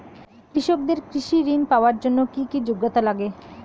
কৃষকদের কৃষি ঋণ পাওয়ার জন্য কী কী যোগ্যতা লাগে?